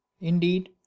indeed